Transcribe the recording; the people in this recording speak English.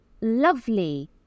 lovely